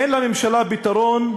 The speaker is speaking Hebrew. אין לממשלה פתרון,